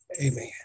Amen